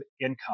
income